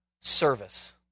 service